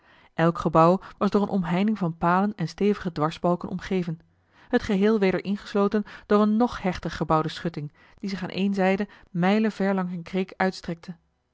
elk gebouw was door eene omheining van palen en stevige dwarsbalken omgeven het geheel weder ingesloten door eene nog hechter gebouwde schutting die zich aan éene zijde mijlen ver